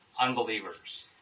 unbelievers